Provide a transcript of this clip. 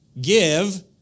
give